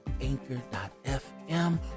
anchor.fm